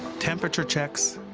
temperature checks,